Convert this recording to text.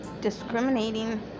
discriminating